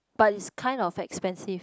but it's kind of expensive